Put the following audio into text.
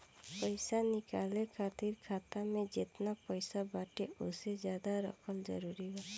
पईसा निकाले खातिर खाता मे जेतना पईसा बाटे ओसे ज्यादा रखल जरूरी बा?